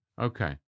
Okay